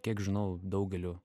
kiek žinau daugeliu